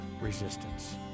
resistance